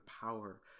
power